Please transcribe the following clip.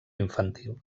infantil